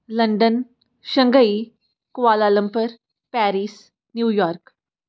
London Shanghai Kuala Lumpur Paris New York